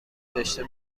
داشته